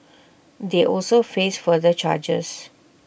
they also face further charges